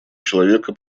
человека